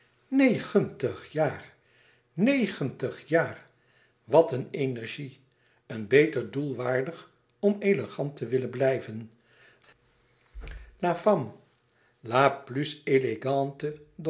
negentig jaar negentig jaar wat een energie een beter doel waardig om elegant te willen blijven la femme la plus